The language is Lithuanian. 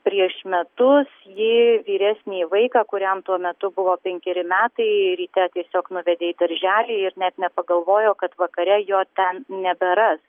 prieš metus ji vyresnįjį vaiką kuriam tuo metu buvo penkeri metai ryte tiesiog nuvedė į darželį ir net nepagalvojo kad vakare jo ten neberas